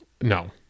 no